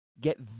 get